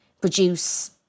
produce